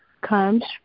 comes